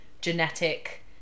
genetic